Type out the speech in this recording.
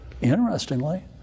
interestingly